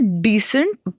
decent